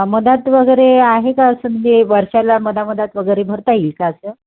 मध्यात वगैरे आहे का असं जे वर्षाला मध्या मध्यात वगैरे भरता येईल का असं